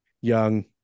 Young